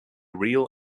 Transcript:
real